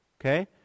okay